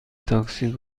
تاکسی